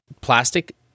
plastic